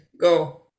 Go